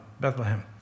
Bethlehem